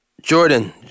Jordan